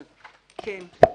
כן.